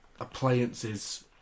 appliances